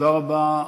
תודה רבה.